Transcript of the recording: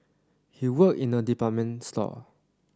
he worked in a department store